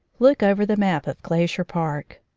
look over the map of glacier park.